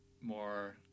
more